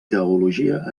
teologia